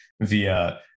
via